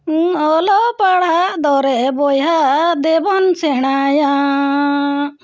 ᱚᱞᱚᱜ ᱯᱟᱲᱦᱟᱜ ᱫᱚᱨᱮ ᱵᱚᱭᱦᱟ ᱫᱮᱵᱚᱱ ᱥᱮᱬᱟᱭᱟᱻ